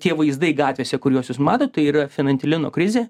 tie vaizdai gatvėse kuriuos jūs matot tai yra finantilino krizė